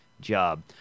job